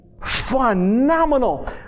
Phenomenal